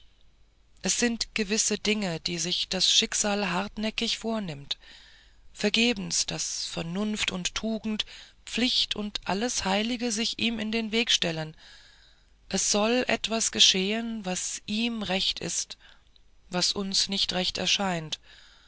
es sind gewisse dinge die sich das schicksal hartnäckig vornimmt vergebens daß vernunft und tugend pflicht und alles heilige sich ihm in den weg stellen es soll etwas geschehen was ihm recht ist was uns nicht recht scheint